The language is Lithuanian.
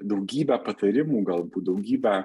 daugybę patarimų galbūt daugybę